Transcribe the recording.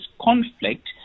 conflict